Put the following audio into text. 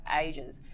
ages